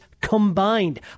combined